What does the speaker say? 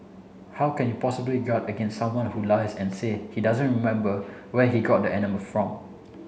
how can you possibly guard against someone who lies and said he doesn't remember where he got animal from